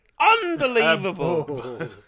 Unbelievable